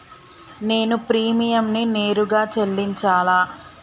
నేను ప్రీమియంని నేరుగా చెల్లించాలా?